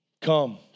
Come